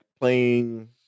playing